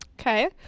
Okay